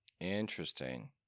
Interesting